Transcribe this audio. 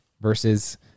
Versus